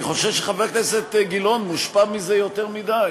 אני חושש שחבר הכנסת גילאון מושפע מזה יותר מדי,